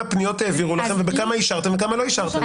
כמה פניות העבירו לכם, כמה אישרתם וכמה לא אישרתם.